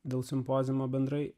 dėl simpoziumo bendrai